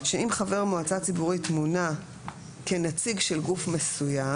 אם חבר מועצה ציבורית מונה כנציג של גוף מסוים,